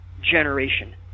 generation